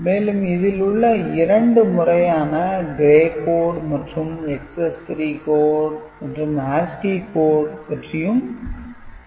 மேலும் இதில் உள்ள இரண்டு முறையான "gray code" மற்றும் "excess 3 code" மற்றும் "ASCII Code" பற்றியும் பார்ப்போம்